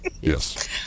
Yes